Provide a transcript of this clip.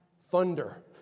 thunder